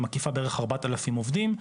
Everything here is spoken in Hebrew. היא מקיפה בערך ארבעת אלפים עובדים,